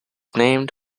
named